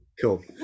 cool